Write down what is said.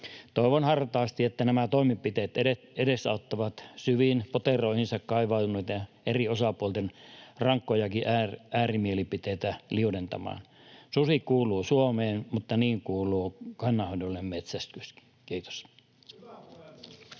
Toivon hartaasti, että nämä toimenpiteet edesauttavat liudentamaan syviin poteroihinsa kaivautuneiden eri osapuolten rankkojakin äärimielipiteitä. Susi kuuluu Suomeen, mutta niin kuuluu kannanhoidollinen metsästyskin. — Kiitos.